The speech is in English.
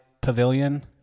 pavilion